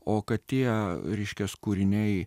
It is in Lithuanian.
o kad tie reiškias kūriniai